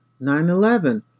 9-11